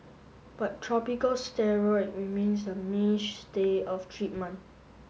but tropical steroid remains the mainstay of treatment